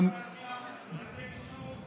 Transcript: אחלה מגשר, תאמין לי.